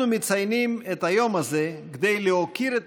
אנחנו מציינים את היום הזה כדי להוקיר את